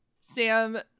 Sam